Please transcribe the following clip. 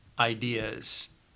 ideas